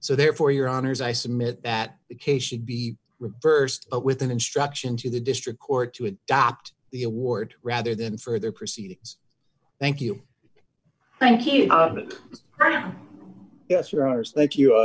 so therefore your honour's i submit that the case should be reversed with an instruction to the district court to adopt the award rather than further proceedings thank you thank you yes your honor is thank you